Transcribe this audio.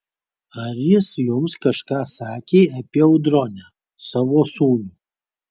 ar jis jums kažką sakė apie audronę savo sūnų